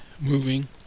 moving